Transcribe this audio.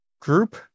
group